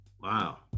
Wow